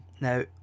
now